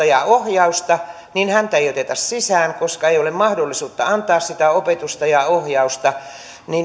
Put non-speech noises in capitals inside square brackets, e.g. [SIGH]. [UNINTELLIGIBLE] ja ohjausta niin häntä ei oteta sisään koska ei ole mahdollisuutta antaa sitä opetusta ja ohjausta